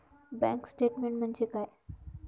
Bank statement म्हणजे काय?